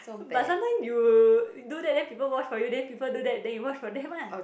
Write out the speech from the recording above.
but sometime you do that then people wash for you then people do that then you wash for them lah